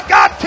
God